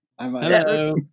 Hello